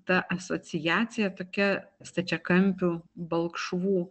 ta asociacija tokia stačiakampių balkšvų